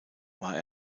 war